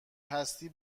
هستی